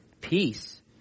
peace